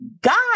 God